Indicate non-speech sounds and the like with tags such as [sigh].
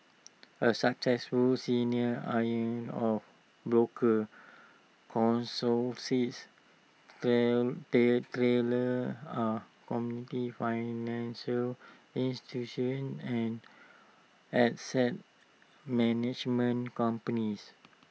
A successful senior iron ore broker counsel says [unintelligible] Taylor are [unintelligible] financial institutions and asset management companies